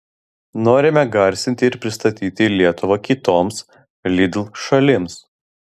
norime garsinti ir pristatyti lietuvą kitoms lidl šalims